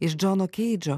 iš džono keidžo